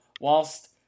whilst